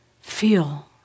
Feel